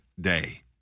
Day